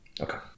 Okay